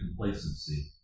complacency